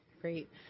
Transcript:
Great